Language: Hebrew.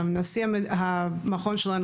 נשיא המכון שלנו,